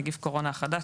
נגיף הקורונה החדש),